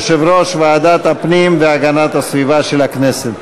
יושב-ראש ועדת הפנים והגנת הסביבה של הכנסת.